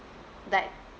like